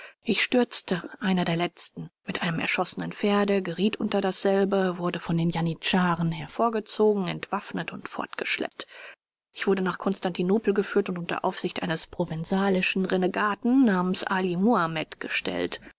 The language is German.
ich stürzte einer der letzten mit einem erschossenen pferde geriet unter dasselbe wurde von den janitscharen hervorgezogen entwaffnet und fortgeschleppt ich wurde nach konstantinopel geführt und unter aufsicht eines provenalischen renegaten namens ali muhamed gestellt